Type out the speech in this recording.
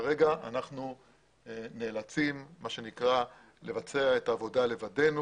כרגע אנחנו נאלצים לבצע את העבודה לבדנו